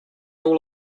all